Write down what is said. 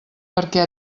perquè